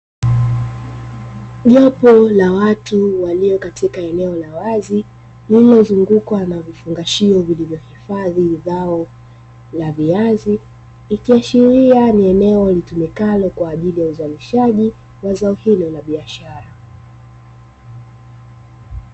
Jopo la watu walio katika eneo la wazi, lenye kuzungukwa na vifungashio vilivyohifadhi vibao vya viazi ikiashiria ni eneo tumikalo kwa ajili ya uzalishaji wa zao hilo la biashara.